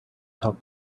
talk